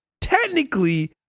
technically